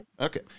Okay